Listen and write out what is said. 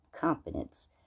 confidence